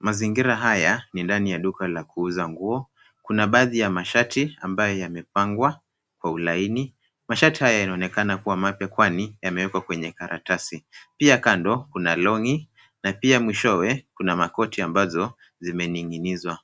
Mazingira haya ni ndani ya duka la kuuza nguo. Kuna baadhi ya mashati ambayo yamepangwa kwa ulaini. Mashati haya yanaonekana kuwa mapya kwani yamewekwa kwenye karatasi. Pia kando kuna longi na pia mwishowe kuna makoti ambazo zimening'inizwa.